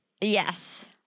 Yes